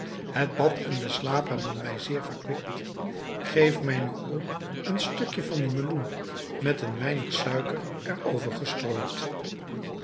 het bad en de slaap hebben mij zeer verkwikt geef mij nu ook nog een stukje van dien meloen met een weinig suiker er over gestrooid